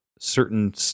Certain